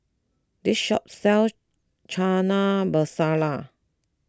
this shop sells Chana Masala